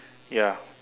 ya